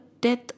death